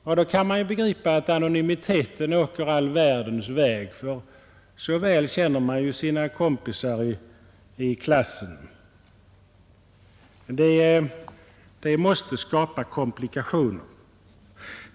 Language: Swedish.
Och då kan man ju begripa att anonymiteten åker all världens väg — så väl känner ju eleverna sina kompisar i klassen. Det måste skapa komplikationer.